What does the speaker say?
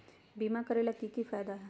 बीमा करैला के की फायदा है?